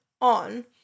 on